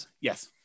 Yes